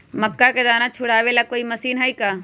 मक्का के दाना छुराबे ला कोई मशीन हई का?